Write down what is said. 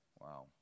Wow